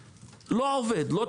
זה לא עובד,